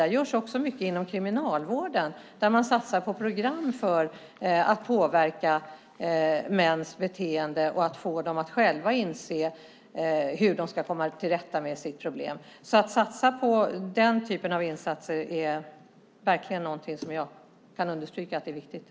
Det görs också mycket inom Kriminalvården där man satsar på program för att påverka mäns beteende och få dem att själva inse hur de ska komma till rätta med sina problem. Jag kan verkligen understryka att det är viktigt att satsa på den typen av insatser.